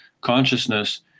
consciousness